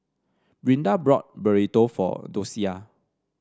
Brinda bought Burrito for Docia